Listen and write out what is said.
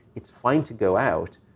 it's fine to go out.